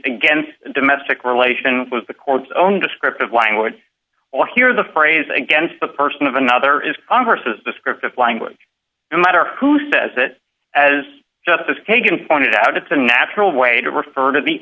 against domestic relations was the court's own descriptive language or hear the phrase against the person of another is congress's descriptive language no matter who says it as justice kagan pointed out it's a natural way to refer to the